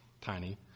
tiny